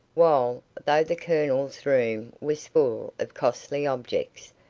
while, though the colonel's room was full of costly objects,